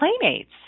playmates